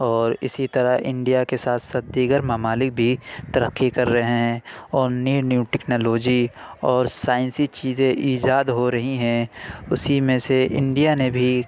اور اِسی طرح انڈیا کے ساتھ ساتھ دیگر ممالک بھی ترقی کر رہے ہیں اور نیو نیو ٹیکنالوجی اور سائنسی چیزیں ایجاد ہو رہی ہیں اُسی میں سے انڈیا نے بھی